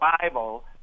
Bible